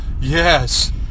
Yes